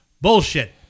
Bullshit